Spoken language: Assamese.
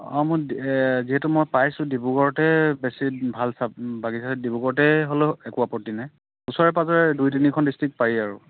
অঁ মো যিহেতু মই পাইছোঁ ডিব্ৰুগড়তে বেছি ভাল চাহ বাগিচা ডিব্ৰুগড়তে হ'লেও একো আপত্তি নাই ওচৰে পাঁজৰে দুই তিনিখন ডিষ্ট্ৰিক্ট পাৰি আৰু